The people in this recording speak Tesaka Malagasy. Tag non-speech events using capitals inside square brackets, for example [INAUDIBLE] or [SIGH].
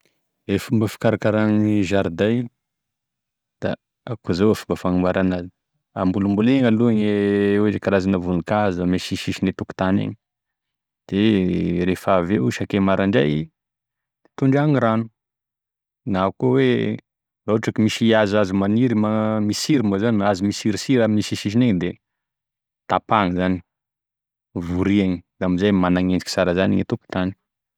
E fomba fikarakaragny i zariday, da akoizao e fomba fanamboarany enazy ,hambolombolegny aloha gne karazan'e voninkazo ame sisisisin'e tokotany egny de rehefa avy eo isak'e marandray tondrahagny rano na koa hoe raha ohatra ka misy hazohazo maniry ma- [HESITATION] misiry moa zany na hazo misirisiry ame sisisiny egny da tapagny zany voriagny da amizay managnendriky sara gne tokotany.